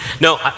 No